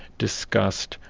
disgust,